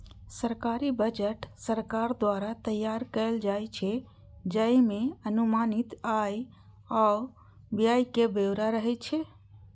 सरकारी बजट सरकार द्वारा तैयार कैल जाइ छै, जइमे अनुमानित आय आ व्यय के ब्यौरा रहै छै